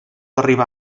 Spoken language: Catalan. arribar